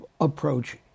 approach